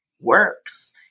works